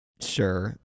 sure